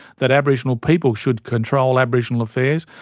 that aboriginal people should control aboriginal affairs,